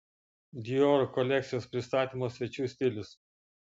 dior kolekcijos pristatymo svečių stilius